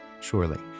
surely